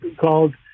called